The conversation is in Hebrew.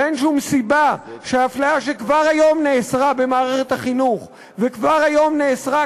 ואין שום סיבה שהפליה שכבר היום נאסרה במערכת החינוך וכבר היום נאסרה,